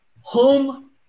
home